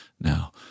now